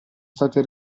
state